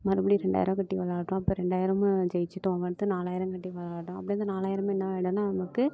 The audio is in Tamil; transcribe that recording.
மறுபடி ரெண்டாயர்ருபா கட்டி விளையாடுறோம் அப்போ ரெண்டாயிரமும் ஜெயிச்சிட்டோமன்ட்டு நாலாயிரம் கட்டி விளையாடுறோம் அப்டி இந்த நாலாயிரமும் என்ன ஆகிடும்னா நம்மளுக்கு